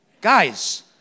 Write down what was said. Guys